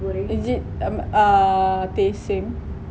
legit um uh taste same